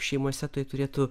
šeimose tuoj turėtų